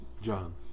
John